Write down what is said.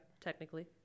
Technically